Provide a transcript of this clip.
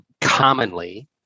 commonly